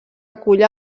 acull